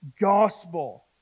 gospel